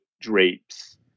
drapes